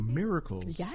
miracles